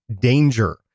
danger